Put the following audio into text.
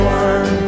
one